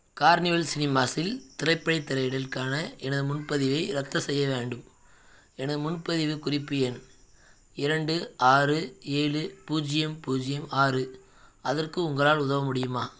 carnival சினிமாஸில் திரைப்படத் திரையிடலுக்கான எனது முன்பதிவை ரத்து செய்ய வேண்டும் எனது முன்பதிவுக் குறிப்பு எண் இரண்டு ஆறு ஏழு பூஜ்ஜியம் பூஜ்ஜியம் ஆறு அதற்கு உங்களால் உதவ முடியுமா